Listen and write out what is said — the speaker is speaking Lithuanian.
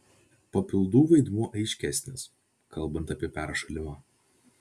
papildų vaidmuo aiškesnis kalbant apie peršalimą